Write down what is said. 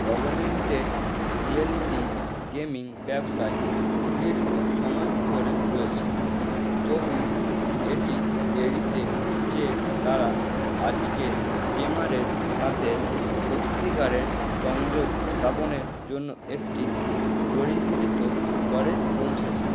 augmented reality gaming ব্যবসায় দীর্ঘ সময় ধরে রয়েছে তবু এটি দেরিতে যে তারা আজকের গেমারের সাথে সত্যিকারের সংযোগ স্থাপনের জন্য একটি পরিশীলিত স্তরে পৌঁছেছে